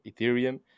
Ethereum